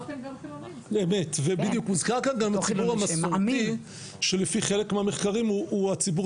ובדיוק הוזכר כאן גם הציבור המסורתי שלפי חלק מהמחקרים הוא הציבור